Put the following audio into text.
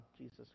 Jesus